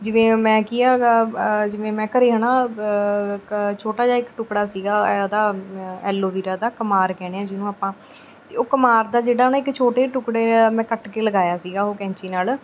ਜਿਵੇਂ ਮੈਂ ਕੀ ਹੈਗਾ ਜਿਵੇਂ ਮੈਂ ਘਰ ਹੈ ਨਾ ਇੱਕ ਛੋਟਾ ਜਿਹਾ ਇੱਕ ਟੁਕੜਾ ਸੀਗਾ ਉਹਦਾ ਐਲੋਵੀਰਾ ਦਾ ਕੁਮਾਰ ਕਹਿੰਦੇ ਹਾਂ ਜਿਹਨੂੰ ਆਪਾਂ ਅਤੇ ਉਹ ਕੁਮਾਰ ਦਾ ਜਿਹੜਾ ਨਾ ਇੱਕ ਛੋਟਾ ਟੁਕੜਾ ਮੈਂ ਕੱਟ ਕੇ ਲਗਾਇਆ ਸੀਗਾ ਉਹ ਕੈਂਚੀ ਨਾਲ